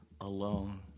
alone